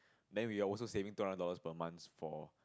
then we are also saving two hundred dollars per month for